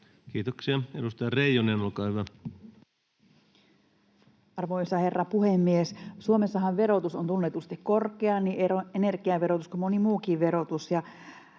Kiitoksia. — Edustaja Reijonen, olkaa hyvä. Arvoisa herra puhemies! Suomessahan verotus on tunnetusti korkea, niin energiaverotus kuin moni muukin verotus,